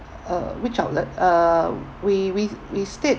uh which outlet uh we we we stayed